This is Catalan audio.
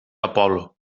apol·lo